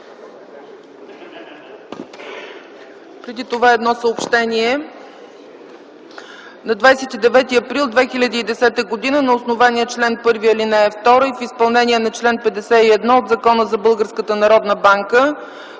Преди това – едно съобщение. На 29 април 2010 г. на основание чл. 1, ал. 2 и в изпълнение на чл. 51 от Закона за